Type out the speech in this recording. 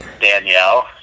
Danielle